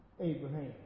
Abraham